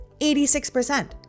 86%